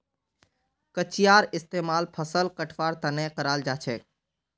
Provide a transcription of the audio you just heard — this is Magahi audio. कचियार इस्तेमाल फसल कटवार तने कराल जाछेक